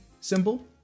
symbol